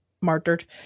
murdered